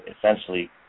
Essentially